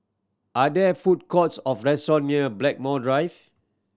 are there food courts of restaurant near Blackmore Drive